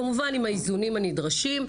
כמובן עם האיזונים הנדרשים,